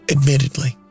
Admittedly